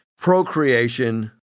procreation